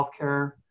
healthcare